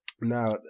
Now